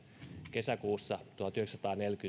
kesäkuussa tuhatyhdeksänsataaneljäkymmentäyksi